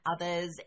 others